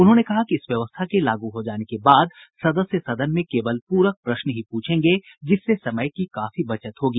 उन्होंने कहा कि इस व्यवस्था के लागू हो जाने के बाद सदस्य सदन में केवल पूरक प्रश्न ही पूछेंगे जिससे समय की काफी बचत होगी